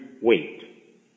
wait